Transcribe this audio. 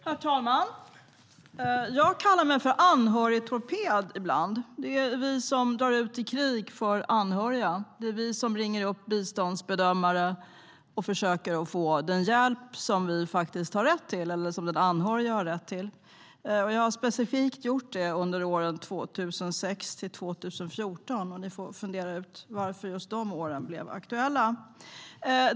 Herr talman! Ibland kallar jag mig anhörigtorped. Det är vi som drar ut i krig för anhöriga. Det är vi som ringer upp biståndsbedömare och försöker få den hjälp som den anhöriga har rätt till. Jag har specifikt gjort det under åren 2006-2014. Ni får fundera på varför just de åren blev aktuella.